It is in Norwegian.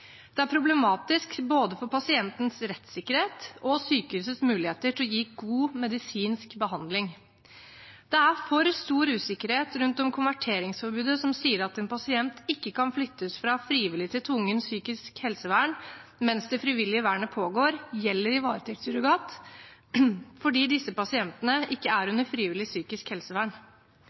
Det er problematisk både for pasientens rettssikkerhet og sykehusets muligheter til å gi god medisinsk behandling. Det er for stor usikkerhet rundt om konverteringsforbudet som sier at en pasient ikke kan flyttes fra frivillig til tvungent psykisk helsevern mens det frivillige vernet pågår, gjelder i varetektssurrogat, fordi disse pasientene ikke er under frivillig psykisk helsevern.